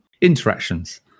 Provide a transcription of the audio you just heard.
Interactions